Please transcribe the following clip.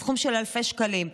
בסכום של אלפי שקלים?